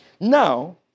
Now